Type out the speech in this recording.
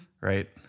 right